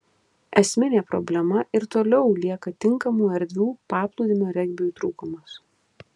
esminė problema ir toliau lieka tinkamų erdvių paplūdimio regbiui trūkumas